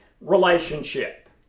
relationship